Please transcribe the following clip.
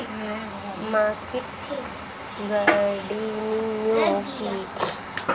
Market gardening কি?